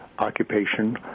Occupation